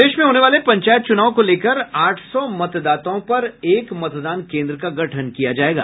प्रदेश में होने वाले पंचायत चुनाव को लेकर आठ सौ मतदाताओं पर एक मतदान केन्द्र का गठन किया जायेगा